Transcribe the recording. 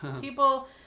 People